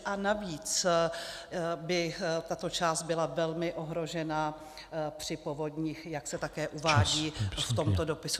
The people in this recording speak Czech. A navíc by tato část byla velmi ohrožena při povodních, jak se také uvádí v tomto dopisu.